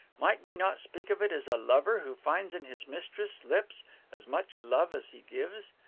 might we not speak of it as a lover who finds on his mistress' lips as much love as he gives?